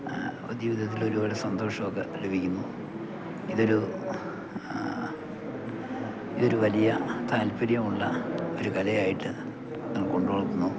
ജീവിതത്തിൽ ഒരുപാട് സന്തോഷമൊക്കെ ലഭിക്കുന്നു ഇത് ഒരു ഇത് ഒരു വലിയ താല്പര്യമുള്ള ഒരു കലയായിട്ട് നാം കൊണ്ട് നടക്കുന്നു